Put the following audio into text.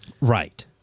right